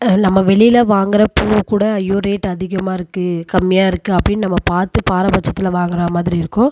நம்ம வெளியில வாங்குகிற பூ கூட ஐயோ ரேட் அதிகமாக இருக்குது கம்மியாக இருக்குது அப்படின்னு நம்ம பார்த்து பாரபட்சத்தில் வாங்குகிற மாதிரி இருக்கும்